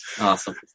Awesome